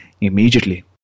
immediately